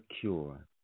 cure